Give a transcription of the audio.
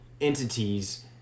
entities